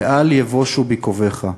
ואל יבושו בי קוויך,